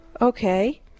Okay